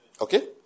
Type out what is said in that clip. Okay